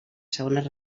segones